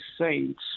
saints